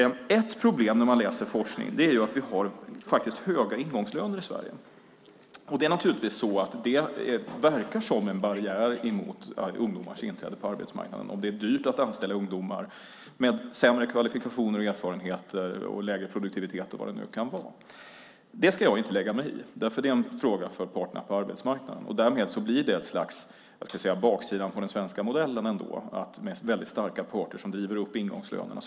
Ett problem som framgår när man läser forskningen är att vi har höga ingångslöner i Sverige. Det verkar som en barriär mot ungdomars inträde på arbetsmarknaden. Det är dyrt att anställa ungdomar med sämre kvalifikationer och erfarenheter och lägre produktivitet. Det ska jag inte lägga mig i. Det är en fråga för parterna på arbetsmarknaden. Därmed blir det ett slags baksida på den svenska modellen med starka parter som driver upp ingångslönerna.